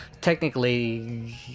technically